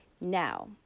Now